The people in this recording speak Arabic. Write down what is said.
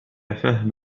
فهم